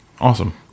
awesome